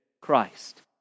Christ